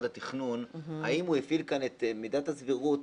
התכנון האם הוא הפעיל כאן את מידת הסבירות